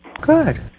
Good